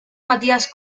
matías